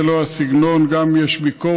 זה לא הסגנון, גם אם יש ביקורת,